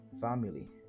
family